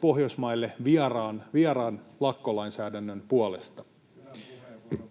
Pohjoismaille vieraan lakkolainsäädännön puolesta. [Jorma